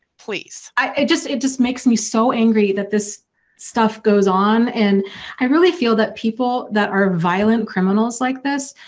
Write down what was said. please. i just. it just makes me so angry that this stuff goes on and i really feel that people that are violent criminals like this,